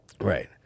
right